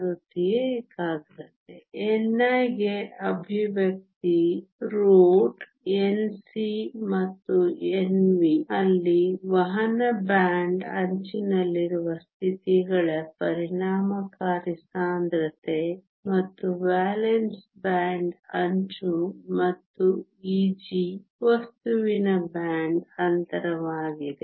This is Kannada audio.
ni ಗೆ ಅಭಿವ್ಯಕ್ತಿ √❑ Nc ಮತ್ತು Nv ಅಲ್ಲಿ ವಹನ ಬ್ಯಾಂಡ್ ಅಂಚಿನಲ್ಲಿರುವ ಸ್ಥಿತಿಗಳ ಪರಿಣಾಮಕಾರಿ ಸಾಂದ್ರತೆ ಮತ್ತು ವೇಲೆನ್ಸ್ ಬ್ಯಾಂಡ್ ಅಂಚು ಮತ್ತು Eg ವಸ್ತುವಿನ ಬ್ಯಾಂಡ್ ಅಂತರವಾಗಿದೆ